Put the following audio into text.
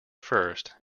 first